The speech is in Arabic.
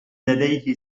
لديه